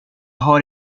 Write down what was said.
har